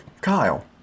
Kyle